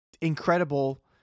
incredible